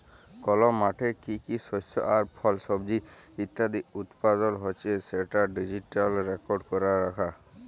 call মাঠে কি কি শস্য আর ফল, সবজি ইত্যাদি উৎপাদল হচ্যে সেটা ডিজিটালি রেকর্ড ক্যরা রাখা